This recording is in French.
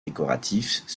décoratifs